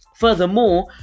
Furthermore